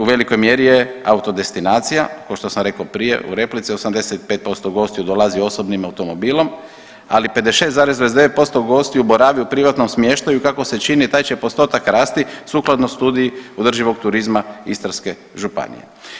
U velikoj mjeri je auto destinacija kao što sam rekao prije u replici 85% gostiju dolazi osobnim automobilom, ali 56,29% gostiju boravi u privatnom smještaju i kako se čini taj će postotak rasti sukladno Studiji održivog turizma Istarske županije.